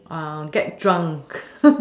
get drunk